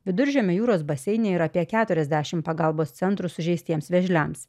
viduržemio jūros baseine yra apie keturiasdešim pagalbos centrų sužeistiems vėžliams